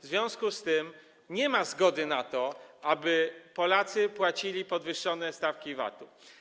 W związku z tym nie ma zgody na to, aby Polacy płacili podwyższone stawki VAT-u.